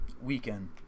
Weekend